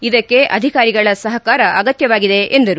ಇದಕ್ಕೆ ಅಧಿಕಾರಿಗಳ ಸಹಕಾರ ಅಗತ್ಜವಾಗಿದೆ ಎಂದರು